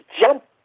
jump